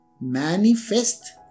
Manifest